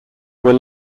were